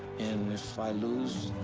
and if i lose,